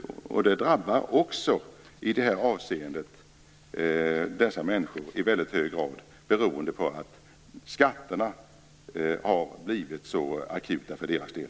Det drabbar i det här avseendet dessa människor i väldigt hög grad, beroende på att skatterna har blivit så akuta för deras del.